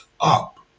up